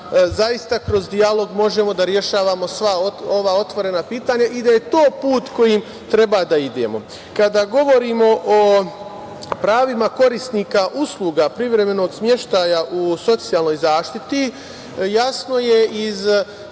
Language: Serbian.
zaista kroz dijalog možemo da rešavamo sva ova otvorena pitanja i da je to put kojim treba da idemo. Kada govorimo o pravima korisnika usluga privremenog smeštaja u socijalnoj zaštiti, jasno je iz